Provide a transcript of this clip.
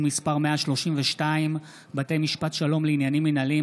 מס' 132) (בתי משפט שלום לעניינים מינהליים),